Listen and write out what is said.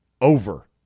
over